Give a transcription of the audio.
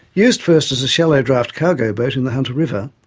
used first as a shallow draft cargo boat in the hunter river,